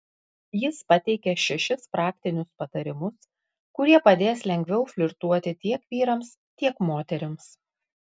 jis pateikia šešis praktinius patarimus kurie padės lengviau flirtuoti tiek vyrams tiek moterims